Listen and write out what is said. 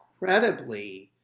incredibly